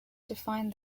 defined